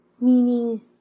Meaning